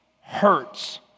Hurts